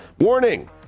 Warning